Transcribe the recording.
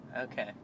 Okay